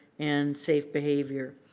and safe behavior.